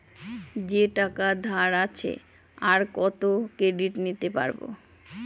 যে টাকা ধার আছে, আর কত ক্রেডিট নিতে পারবো?